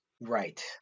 Right